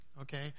Okay